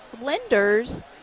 lenders